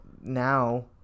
now